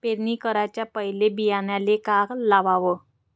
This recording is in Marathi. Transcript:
पेरणी कराच्या पयले बियान्याले का लावाव?